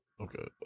Okay